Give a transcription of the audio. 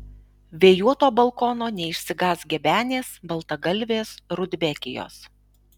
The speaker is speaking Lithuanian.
vėjuoto balkono neišsigąs gebenės baltagalvės rudbekijos